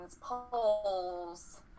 polls